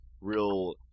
real